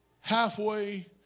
halfway